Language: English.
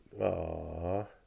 Aww